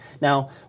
Now